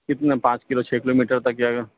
کتنا پانچ کلو چھ کلو میٹر تک جائے گا